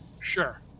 Sure